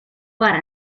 para